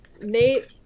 Nate